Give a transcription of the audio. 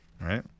right